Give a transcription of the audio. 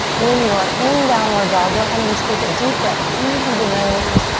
when you're in downward dog, go ahead and take a deep breath in through the nose.